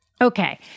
Okay